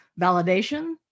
validation